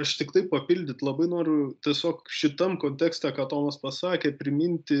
aš tiktai papildyt labai noriu tiesiog šitam kontekste ką tomas pasakė priminti